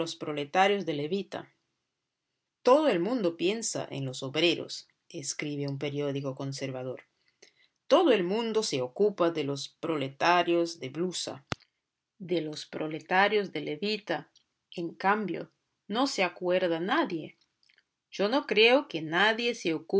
proletarios de levita todo el mundo piensa en los obreros escribe un periódico conservador todo el mundo se ocupa de los proletarios de blusa de los proletarios de levita en cambio no se acuerda nadie yo no creo que nadie se